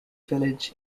village